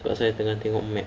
sebab safian tengah tengok map